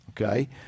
okay